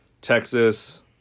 Texas